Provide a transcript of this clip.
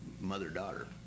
mother-daughter